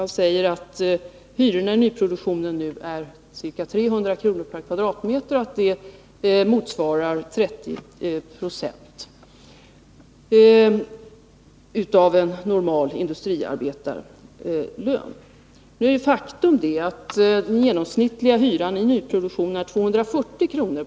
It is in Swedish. Han sade att hyrorna i nyproduktionen är ca 300 kr. per kvadratmeter och att det motsvarar ca 30 96 av en normal industriarbetarlön. Faktum är att den genomsnittliga hyran i nyproduktionen är 240 kr.